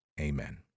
Amen